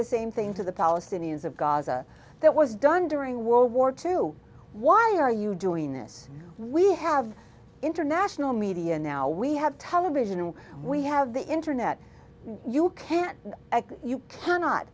the same thing to the palestinians of gaza that was done during world war two why are you doing this we have international media now we have television and we have the internet you can't you cannot